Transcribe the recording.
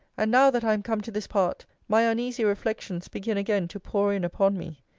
and now, that i am come to this part, my uneasy reflections begin again to pour in upon me.